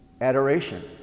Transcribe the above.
adoration